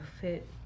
fit